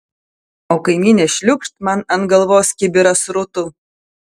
o kaimynė šliūkšt man ant galvos kibirą srutų